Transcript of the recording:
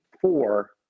four